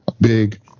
big